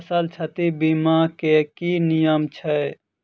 फसल क्षति बीमा केँ की नियम छै?